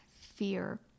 fear